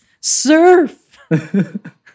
Surf